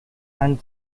and